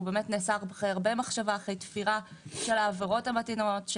הוא נעשה אחרי הרבה מחשבה ותפירה של העבירות המתאימות,